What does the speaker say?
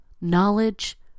knowledge